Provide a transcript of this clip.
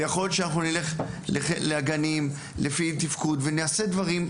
ויכול להיות שאנחנו נלך לגנים לפי תפקוד ונעשה דברים.